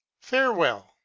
Farewell